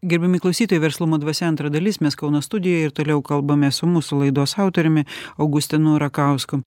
gerbiami klausytojai verslumo dvasia antra dalis mes kauno studijoj ir toliau kalbamės su mūsų laidos autoriumi augustinu rakausku